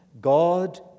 God